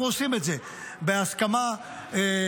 אנחנו עושים את זה בהסכמה רחבה.